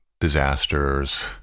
disasters